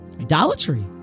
idolatry